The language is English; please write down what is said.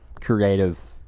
creative